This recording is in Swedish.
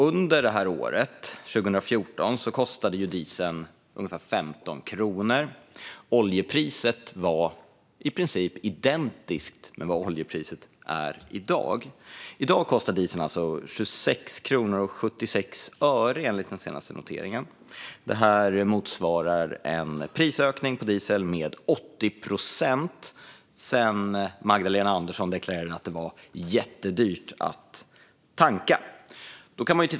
Under 2014 kostade dieseln ungefär 15 kronor. Oljepriset var i princip identiskt med vad oljepriset är i dag. I dag kostar dieseln 26 kronor och 76 öre enligt den senaste noteringen. Det motsvarar en prisökning på diesel med 80 procent sedan Magdalena Andersson deklarerade att det var jättedyrt att tanka.